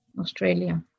Australia